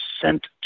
sent